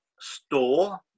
store